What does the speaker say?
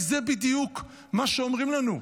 הרי זה בדיוק מה שאומרים לנו,